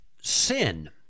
sin